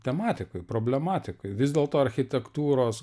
tematikoj problematikoj vis dėlto architektūros